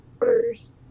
orders